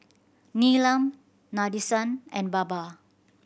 Neelam Nadesan and Baba